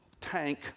tank